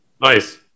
Nice